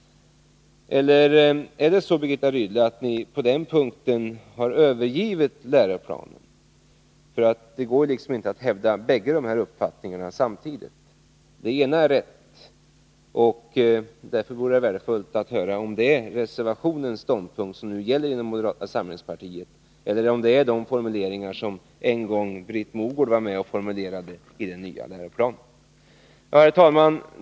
Eller har ni, Birgitta Rydle, övergivit läroplanen? Det går inte att hävda båda dessa uppfattningar samtidigt. Det ena är rätt, och därför vore det värdefullt att få höra om det är reservationernas ståndpunkt som nu gäller inom moderata samlingspartiet eller om det är de formuleringar som en gång Britt Mogård var med om att fastställa i den nya läroplanen. Herr talman!